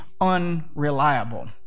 unreliable